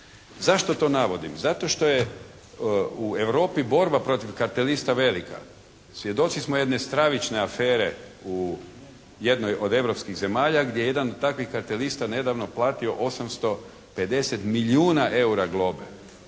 Zašto to navodim? Zato što je u Europi borba protiv kartelista velika. Svjedoci smo jedne stravične afere u jednoj od europskih zemalja gdje jedan od takvih kartelista nedavno platio 850 milijuna eura globe